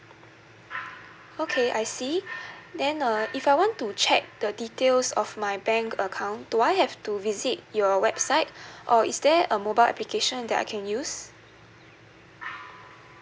okay I see then uh if I want to check the details of my bank account do I have to visit your website or is there a mobile application that I can use